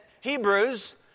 Hebrews